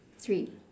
three